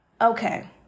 Okay